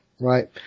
Right